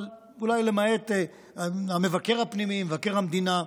אבל אולי למעט המבקר הפנימי, מבקר המדינה,